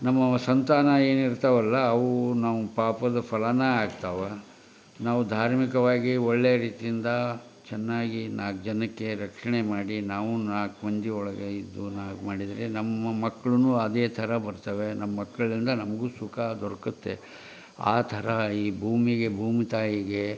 ನಮ್ಮ ಸಂತಾನ ಏನಿರ್ತಾವಲ್ಲ ಅವು ನಮ್ಮ ಪಾಪದ ಫಲನ ಆಗ್ತಾವೆ ನಾವು ಧಾರ್ಮಿಕವಾಗಿ ಒಳ್ಳೆ ರೀತಿಯಿಂದ ಚೆನ್ನಾಗಿ ನಾಲ್ಕು ಜನಕ್ಕೆ ರಕ್ಷಣೆ ಮಾಡಿ ನಾವು ನಾಲ್ಕು ಮಂದಿ ಒಳ್ಗೆ ಇದ್ದು ನಾಲ್ಕು ಮಾಡಿದರೆ ನಮ್ಮ ಮಕ್ಕಳೂ ಅದೇ ಥರ ಬರ್ತಾವೆ ನಮ್ಮ ಮಕ್ಕಳಿಂದ ನಮಗೂ ಸುಖ ದೊರಕುತ್ತೆ ಆ ಥರ ಈ ಭೂಮಿಗೆ ಭೂಮಿ ತಾಯಿಗೆ